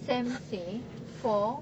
SAM say for